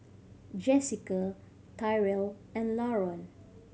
Jessika Tyrell and Laron